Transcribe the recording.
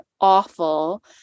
awful